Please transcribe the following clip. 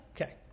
Okay